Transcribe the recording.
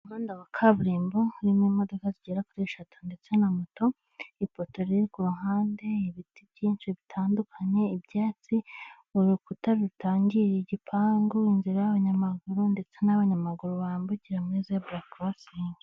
Umuhanda wa kaburimbo urimo imodoka zigera kuri eshatu ndetse n'amoto, ipoto riri ku ruhande, ibiti byinshi bitandukanye, ibyatsi, urukuta rutangira igipangu, inzira y'abanyamaguru ndetse n'aho abanyamaguru bambukira muri zebura korosingi.